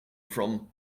from